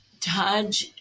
Taj